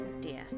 dear